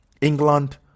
England